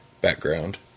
background